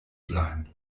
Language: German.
sein